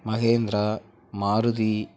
Mahindra Maruti